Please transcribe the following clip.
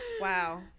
Wow